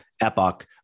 epoch